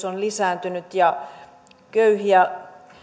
on lisääntynyt ja köyhiä